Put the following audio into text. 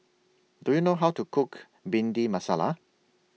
Do YOU know How to Cook Bhindi Masala